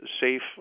SAFE